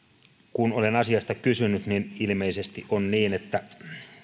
kun olen asiasta kysynyt niin ilmeisesti on niin että